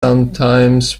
sometimes